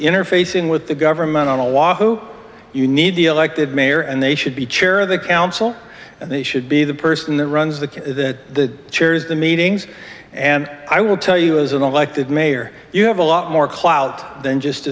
interfacing with the government on a walk though you need the elected mayor and they should be chair of the council and they should be the person that runs the king the chairs the meetings and i will tell you as an elected mayor you have a lot more clout than just